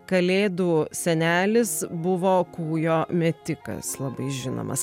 kalėdų senelis buvo kūjo metikas labai žinomas